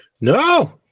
No